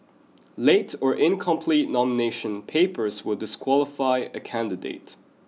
late or incomplete nomination papers will disqualify a candidate